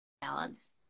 balance